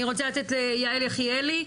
אני רוצה לתת ליעל יחיאלי.